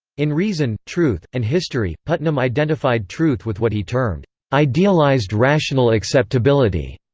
in reason, truth, and history, putnam identified truth with what he termed idealized rational acceptability.